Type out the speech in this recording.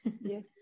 Yes